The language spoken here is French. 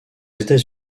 états